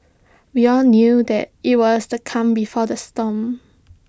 we all knew that IT was the calm before the storm